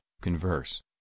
converse